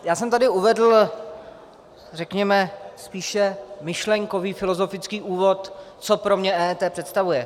Já jsem tady uvedl, řekněme, spíše myšlenkový filozofický úvod, co pro mě EET představuje.